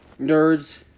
nerds